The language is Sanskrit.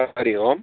हरि ओम्